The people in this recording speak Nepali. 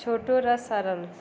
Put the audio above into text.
छोटो र सरल